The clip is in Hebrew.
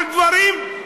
על דברים,